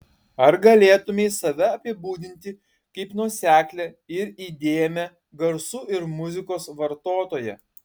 ar galėtumei save apibūdinti kaip nuoseklią ir įdėmią garsų ir muzikos vartotoją